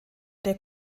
der